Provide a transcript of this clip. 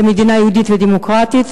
כמדינה יהודית ודמוקרטית.